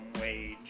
wage